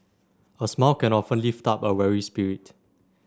a smile can often lift up a weary spirit